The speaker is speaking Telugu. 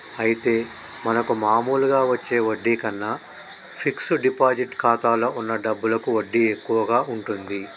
అయితే మనకు మామూలుగా వచ్చే వడ్డీ కన్నా ఫిక్స్ డిపాజిట్ ఖాతాలో ఉన్న డబ్బులకి వడ్డీ ఎక్కువగా ఉంటుంది